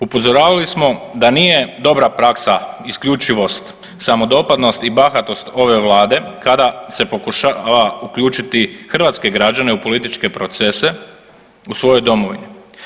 Upozoravali smo da nije dobra praksa isključivost, samodopadnost i bahatost ove vlade kada se pokušava uključiti hrvatske građane u političke procese u svojoj domovini.